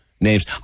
names